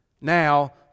Now